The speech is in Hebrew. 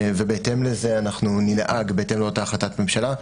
ובהתאם לאותה החלטת ממשלה אנחנו ננהג.